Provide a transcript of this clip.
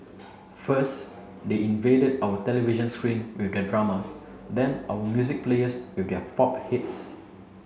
first they invaded our television screen with their dramas then our music players with their pop hits